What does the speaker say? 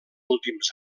últims